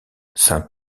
saint